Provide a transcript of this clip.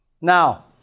Now